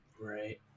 Right